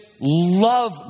love